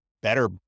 better